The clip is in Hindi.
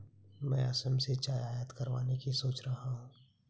मैं असम से चाय आयात करवाने की सोच रहा हूं